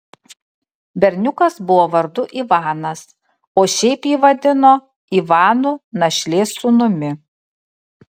berniukas buvo vardu ivanas o šiaip jį vadino ivanu našlės sūnumi